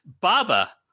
Baba